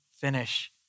finish